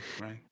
right